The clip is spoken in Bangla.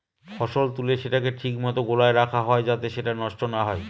ফসল তুলে সেটাকে ঠিক মতো গোলায় রাখা হয় যাতে সেটা নষ্ট না হয়